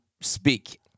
speak